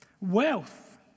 Wealth